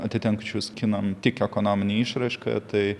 atitenkačius kinam tik ekonomine išraiška tai